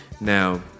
Now